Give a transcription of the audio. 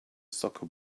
soccer